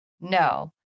No